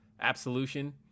Absolution